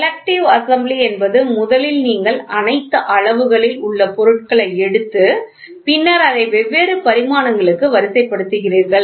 selective assembly என்பது முதலில் நீங்கள் அனைத்து அளவுகளில் உள்ள பொருட்களை எடுத்து பின்னர் அதை வெவ்வேறு பரிமாணங்களுக்கு வரிசைப்படுத்துகிறீர்கள்